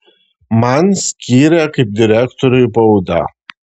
man skyrė kaip direktoriui baudą